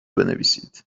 بنویسید